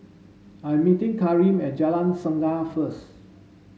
I'm meeting Karim at Jalan Singa first